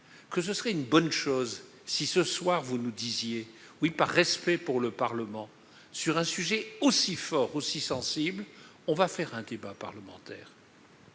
que ce serait une bonne chose si vous nous disiez ce soir que, par respect pour le Parlement, sur un sujet aussi fort, aussi sensible, on aura un débat parlementaire.